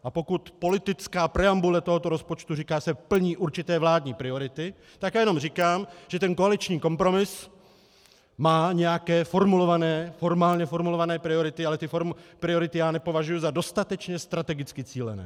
A pokud politická preambule tohoto rozpočtu říká, že se plní určité vládní priority, tak já jenom říkám, že koaliční kompromis má nějaké formulované, formálně formulované priority, ale ty priority nepovažuji za dostatečně strategicky cílené.